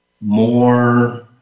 more